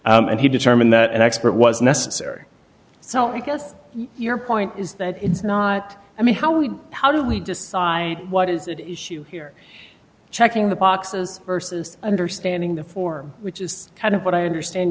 boxes and he determined that an expert was necessary so i guess your point is that it's not i mean how we how do we decide what is here checking the boxes versus understanding the form which is kind of what i understand